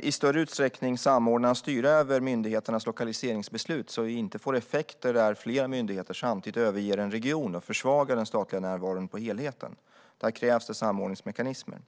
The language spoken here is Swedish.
i större utsträckning samordna och styra över myndigheternas lokaliseringsbeslut så att vi inte får effekter där flera myndigheter samtidigt överger en region och försvagar den statliga närvaron sett till helheten. Där krävs samordningsmekanismer.